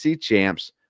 champs